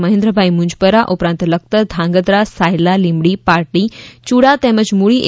મહેન્દ્રભાઈ મુંજપરા ઉપરાંત લખતર ધ્રાંગધ્રા સાયલા લીંબડી પાટડી યુડા તેમજ મુળી એ